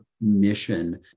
mission